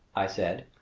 i said,